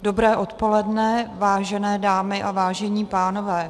Dobré odpoledne, vážené dámy a vážení pánové.